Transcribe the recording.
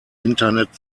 internet